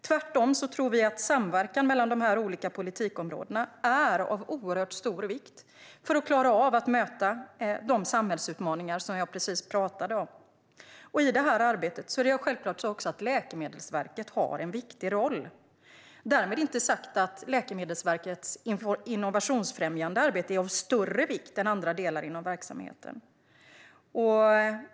Tvärtom tror vi att samverkan mellan dessa olika politikområden är av stor vikt för att klara av att möta de samhällsutmaningar som jag precis talade om. I detta arbete har självfallet Läkemedelsverket en viktig roll. Därmed inte sagt att LV:s innovationsfrämjande arbete är av större vikt än andra delar av verksamheten.